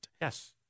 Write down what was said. Yes